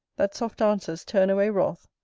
that soft answers turn away wrath?